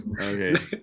Okay